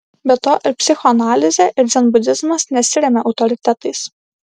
be to ir psichoanalizė ir dzenbudizmas nesiremia autoritetais